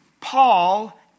Paul